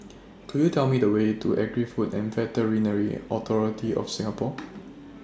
Could YOU Tell Me The Way to Agri Food and Veterinary Authority of Singapore